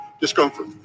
discomfort